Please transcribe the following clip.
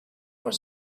was